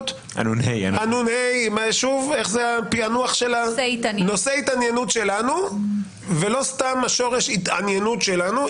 הוא מנושאי ההתעניינות שלנו ולא סתם שורש ההתעניינות שלנו.